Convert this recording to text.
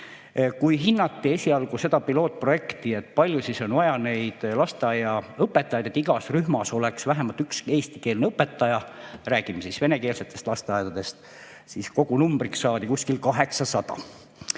Kui hinnati esialgu seda pilootprojekti, kui palju siis on vaja neid lasteaiaõpetajaid, et igas rühmas oleks vähemalt üks eestikeelne õpetaja – me räägime siis venekeelsetest lasteaedadest –, siis kogu numbriks saadi kuskil 800.